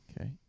Okay